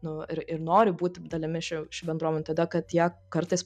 nu ir ir nori būti dalimi šių šių bendruomenių todėl kad jie kartais